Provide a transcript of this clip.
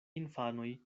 infanoj